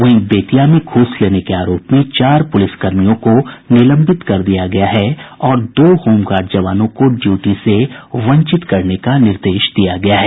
वहीं बेतिया में घूस लेने के आरोप में चार पुलिसकर्मियों को निलंबित कर दिया गया है और दो होमगार्ड जवानों को ड्यूटी से वंचित करने का निर्देश दिया गया है